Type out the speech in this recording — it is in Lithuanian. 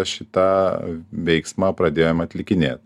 šitą veiksmą pradėjom atlikinėt